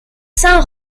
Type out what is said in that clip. saint